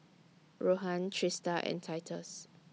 Rohan Trista and Titus